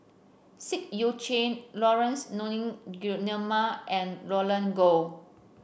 Seah Eu Chin Laurence Nunns Guillemard and Roland Goh